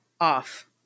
off